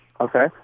Okay